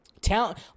talent